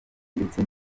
ndetse